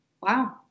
wow